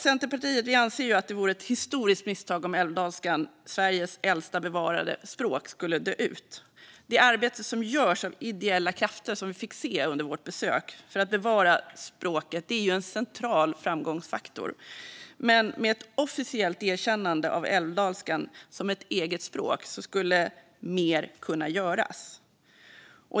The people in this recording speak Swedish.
Centerpartiet anser att det vore ett historiskt misstag om älvdalskan, Sveriges äldsta bevarade språk, skulle dö ut. Det arbete som görs av ideella krafter för att bevara språket, och som vi fick se under vårt besök, är en central framgångsfaktor. Men med ett officiellt erkännande av älvdalskan som eget språk skulle mer kunna göras.